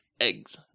Eggs